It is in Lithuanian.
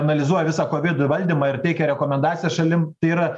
analizuoja visą kovid valdymą ir teikia rekomendacijas šalim tai yra